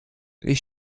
ich